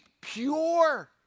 pure